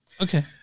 Okay